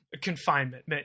Confinement